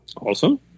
Awesome